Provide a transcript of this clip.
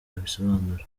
abisobanura